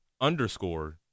underscore